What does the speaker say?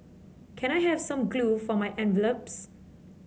can I have some glue for my envelopes